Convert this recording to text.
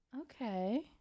Okay